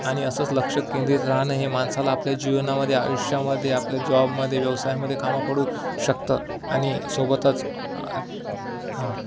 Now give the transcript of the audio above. आणि असंच लक्ष केंद्रित राहणं हे माणसाला आपल्या जीवनामध्ये आयुष्यामध्ये आपल्या जॉबमध्ये व्यवसायामध्ये कामी पडू शकतं आणि सोबतच हं